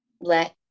let